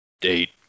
date